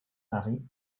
mari